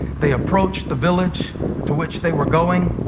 they approached the village to which they were going.